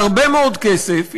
בהרבה מאוד כסף,